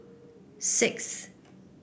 six